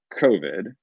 COVID